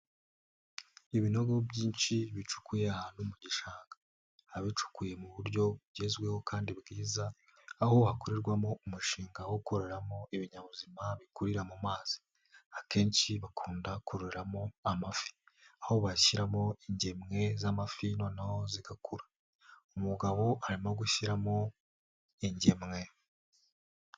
Ibinogo byinshi bicukuye ahantu mu gishanga, bikaba bicukuye mu buryo bugezweho kandi bwiza aho hakorerwamo umushinga wo kuroreramo ibinyabuzima bikurira mu mazi, akenshi bakunda kuroreramo amafi, aho bashyiramo ingemwe z'amafi noneho zigakura, umugabo arimo gushyiramo ingemwe.